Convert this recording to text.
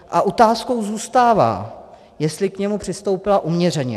A otázkou zůstává, jestli k němu přistoupila uměřeně.